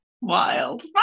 wild